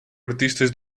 artistas